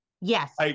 Yes